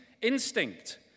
instinct